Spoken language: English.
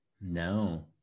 No